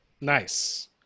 nice